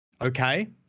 Okay